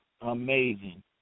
amazing